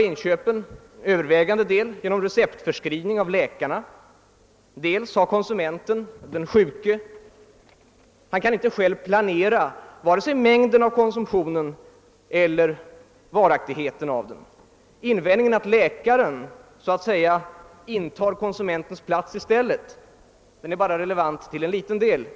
inköpen till övervägande del genom receptförskrivning av läkarna, dels kan inte konsumenten, den sjuke, själv planera vare sig mängden av konsumtionen eller varaktigheten av den. Argumentet att läkaren så att säga intar konsumentens plats är bara relevant till en liten del.